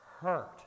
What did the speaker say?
hurt